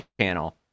channel